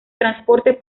transporte